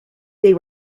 they